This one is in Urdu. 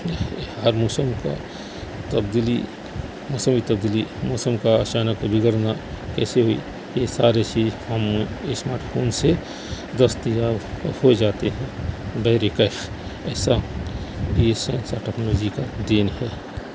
ہر موسم کا تبدیلی موسمی تبدیلی موسم کا اچانک بگڑنا کیسے بھی یہ سارے صرف ہم اسماٹ فون سے دستیاب ہو جاتے ہیں بہر کیف یہ سب بھی سائنس اور ٹکنالوجی کا دین ہے